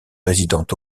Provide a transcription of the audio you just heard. résidant